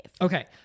Okay